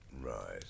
Right